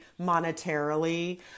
monetarily